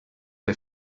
der